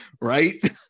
right